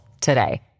today